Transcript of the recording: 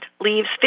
leaves